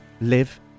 live